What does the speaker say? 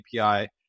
API